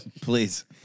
Please